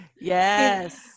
yes